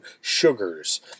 sugars